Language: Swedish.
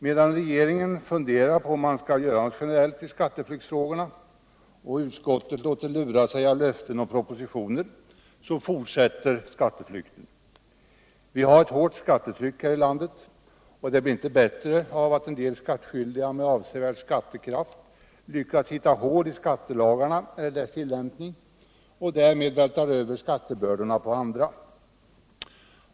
Medan regeringen funderar på om man skall göra något generellt i skatteflyktsfrågorna och skatteutskottet låter lura sig av löften om propositioner fortsätter skatteflykten. Vi har ett hårt skattetryck här i landet, och det blir inte bättre av att en del skattskyldiga med avsevärd skattekraft lyckas hitta hål i skattelagarna eller deras tillämpning och därmed vältrar över skattebördorna på andra.